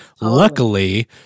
Luckily